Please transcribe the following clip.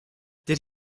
did